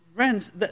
Friends